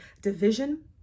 division